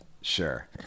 Sure